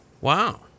Wow